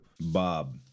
Bob